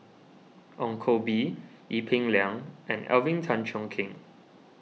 Ong Koh Bee Ee Peng Liang and Alvin Tan Cheong Kheng